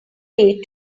paid